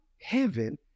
Heaven